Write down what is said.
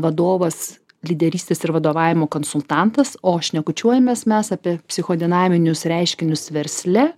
vadovas lyderystės ir vadovavimo konsultantas o šnekučiuojamės mes apie psicho dinaminius reiškinius versle